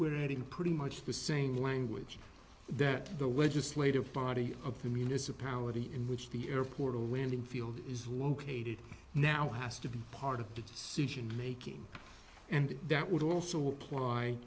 we're at in pretty much the same language that the legislative body of the municipality in which the airport a landing field is located now has to be part of the solution making and that would also apply